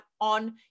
on